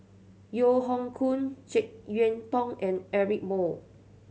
Yeo Hoe Koon Jek Yeun Thong and Eric Moo